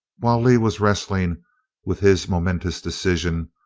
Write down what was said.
while lee was wrestling with his momentous decision,